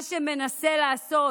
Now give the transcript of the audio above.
מה שמנסה לעשות